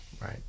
Right